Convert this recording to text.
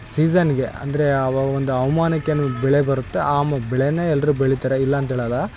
ಸೀಜನ್ಗೆ ಅಂದರೆ ಅವಾವ್ ಒಂದು ಹವಾಮಾನಕ್ಕೆ ಏನು ಬೆಳೆ ಬರುತ್ತೆ ಆ ಮ್ ಬೆಳೇ ಎಲ್ಲರು ಬೆಳೀತಾರೆ ಇಲ್ಲ ಅಂತೇಳಲ್ಲ